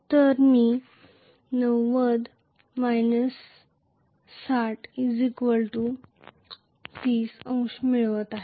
तर मी 90 60 30 अंश मिळवित आहे